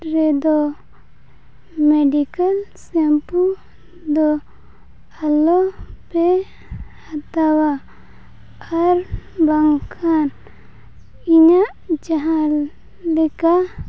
ᱨᱮᱫᱚ medical shampoo ᱫᱚ ᱟᱞᱚ ᱯᱮ ᱦᱟᱛᱟᱣᱟ ᱟᱨ ᱵᱟᱝᱠᱷᱟᱱ ᱤᱧᱟᱹᱜ ᱡᱟᱦᱟᱸ ᱞᱮᱠᱟ